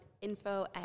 info